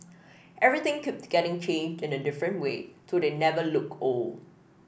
everything keeps getting changed in a different way so they never look old